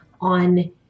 on